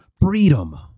Freedom